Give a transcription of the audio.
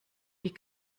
die